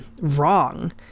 wrong